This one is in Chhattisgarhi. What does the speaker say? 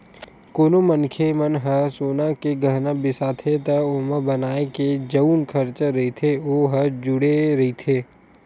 कोनो मनखे मन ह सोना के गहना बिसाथे त ओमा बनाए के जउन खरचा रहिथे ओ ह जुड़े रहिथे